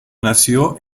nació